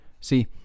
See